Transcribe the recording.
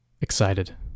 excited